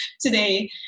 today